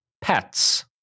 pets